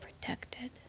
protected